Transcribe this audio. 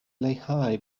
leihau